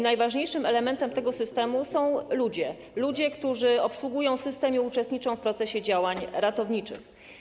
Najważniejszym elementem tego systemu są ludzie, którzy obsługują system i uczestniczą w procesie działań ratowniczych.